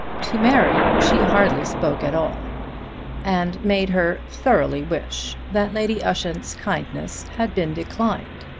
to mary she hardly spoke at all and made her thoroughly wish that lady ushant's kindness had been declined.